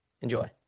enjoy